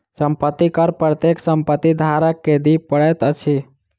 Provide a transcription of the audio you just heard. संपत्ति कर प्रत्येक संपत्ति धारक के दिअ पड़ैत अछि